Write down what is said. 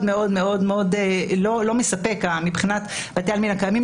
מאוד מאוד לא מספק מבחינת בתי העלמין הקיימים,